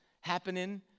Happening